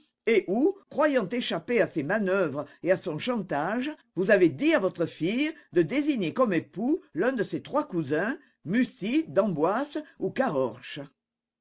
et où croyant échapper à ses manœuvres et à son chantage vous avez dit à votre fille de désigner comme époux l'un de ses trois cousins mussy d'emboise ou